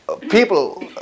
people